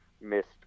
missed